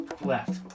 left